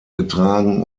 getragen